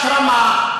תת-רמה,